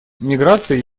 миграция